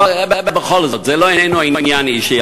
לא, בכל זאת, זה לא העניין האישי.